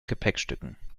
gepäckstücken